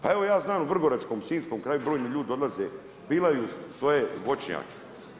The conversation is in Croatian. Pa evo ja znam u vrgoračkom, sinjskom kraju brojni ljudi odlaze, pilaju svoje voćnjake.